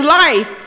life